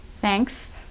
Thanks